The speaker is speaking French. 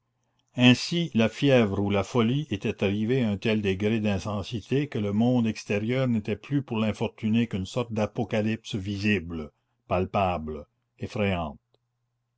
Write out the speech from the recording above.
ainsi la fièvre ou la folie était arrivée à un tel degré d'intensité que le monde extérieur n'était plus pour l'infortuné qu'une sorte d'apocalypse visible palpable effrayante